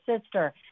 sister